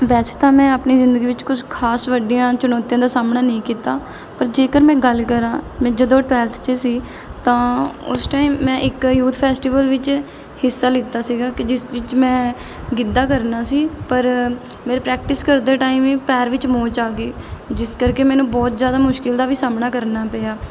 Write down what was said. ਵੈਸੇ ਤਾਂ ਮੈਂ ਆਪਣੀ ਜ਼ਿੰਦਗੀ ਵਿੱਚ ਕੁਝ ਖਾਸ ਵੱਡੀਆਂ ਚੁਣੌਤੀਆਂ ਦਾ ਸਾਹਮਣਾ ਨਹੀਂ ਕੀਤਾ ਪਰ ਜੇਕਰ ਮੈਂ ਗੱਲ ਕਰਾਂ ਮੈਂ ਜਦੋਂ ਟਵੈਲਥ 'ਚ ਸੀ ਤਾਂ ਉਸ ਟਾਈਮ ਮੈਂ ਇੱਕ ਯੂਥ ਫੈਸਟੀਵਲ ਵਿੱਚ ਹਿੱਸਾ ਲਿੱਤਾ ਸੀਗਾ ਕਿ ਜਿਸ ਵਿੱਚ ਮੈਂ ਗਿੱਧਾ ਕਰਨਾ ਸੀ ਪਰ ਮੇਰੇ ਪ੍ਰੈਕਟਿਸ ਕਰਦੇ ਟਾਈਮ ਹੀ ਪੈਰ ਵਿੱਚ ਮੋਚ ਆ ਗਈ ਜਿਸ ਕਰਕੇ ਮੈਨੂੰ ਬਹੁਤ ਜ਼ਿਆਦਾ ਮੁਸ਼ਕਿਲ ਦਾ ਵੀ ਸਾਹਮਣਾ ਕਰਨਾ ਪਿਆ